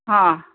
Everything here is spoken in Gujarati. હા